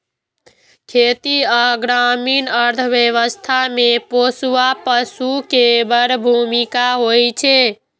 खेती आ ग्रामीण अर्थव्यवस्था मे पोसुआ पशु के बड़ भूमिका होइ छै